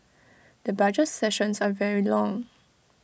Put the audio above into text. the budget sessions are very long